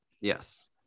yes